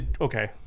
okay